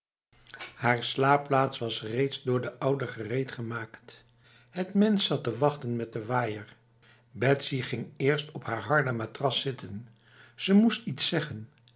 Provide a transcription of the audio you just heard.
haar slaapplaats was reeds door de oude gereedgemaakt het mens zat te wachten met de waaier betsy ging eerst op haar harde matras zitten ze moest iets zeggen